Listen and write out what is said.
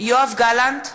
(קוראת בשם